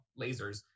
lasers